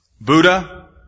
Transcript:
Buddha